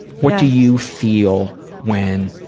what do you feel when